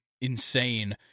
Insane